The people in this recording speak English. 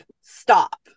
Stop